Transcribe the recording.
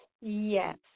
Yes